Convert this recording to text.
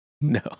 No